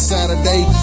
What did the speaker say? Saturday